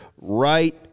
right